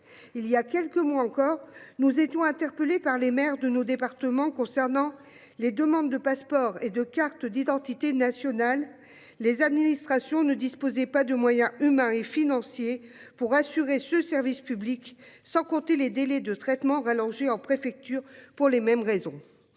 Il y a quelques mois encore nous étions interpellé par les maires de nos départements. Concernant les demandes de passeports et de cartes d'identité nationale. Les administrations ne disposait pas de moyens humains et financiers pour assurer ce service public. Sans compter les délais de traitement lancer en préfecture pour les mêmes raisons.